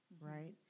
right